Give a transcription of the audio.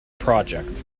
project